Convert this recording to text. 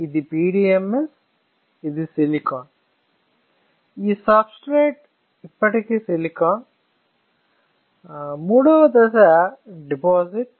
ఇది PDMS ఇది silicon ఈ సబ్స్ట్రేట్ ఇప్పటికీ సిలికాన్ మూడవ దశ డిపాజిట్